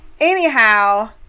Anyhow